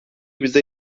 bizi